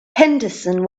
henderson